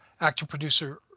actor-producer